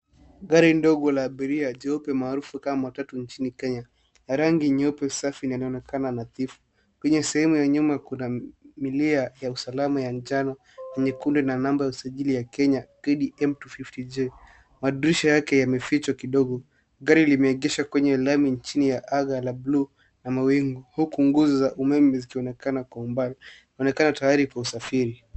Gari ndogo la abiria jope maarufu kama matatu nchini Kenya. Rangi nyeupe safi nyana nakana natifu. Kwenye sema ya nyuma kudamilea ya usalama ya njano, unyekunde na namba utagiri ya Kenya, gali M250J. Madrisha yake ya meficho kidogo. Gari limekecha kwenye lami nchini ya Aga, Laplu, na Mawengu. Oku nguza umemili kwenya nakana kumbani. Manakana saari kwa usafiri.